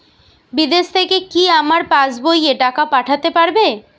বিদেশ থেকে কি আমার পাশবইয়ে টাকা পাঠাতে পারবে?